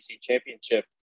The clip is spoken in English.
championship